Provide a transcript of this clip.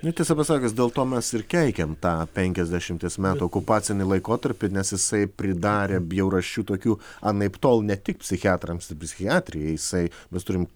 nu tiesą pasakius dėl to mes ir keikiam tą penkiasdešimties metų okupacinį laikotarpį nes jisai pridarė bjaurasčių tokių anaiptol ne tik psichiatrams ir psichiatrijai jisai mes turim